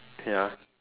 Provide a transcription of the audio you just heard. ya